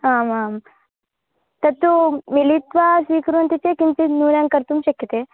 आमाम् तत्तु मिलित्वा स्वीकुर्वन्ति चेत् किञ्चिन्न्यूनं कर्तुं शक्यते